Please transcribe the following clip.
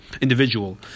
individual